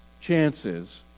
chances